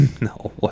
No